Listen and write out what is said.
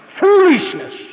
foolishness